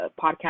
podcast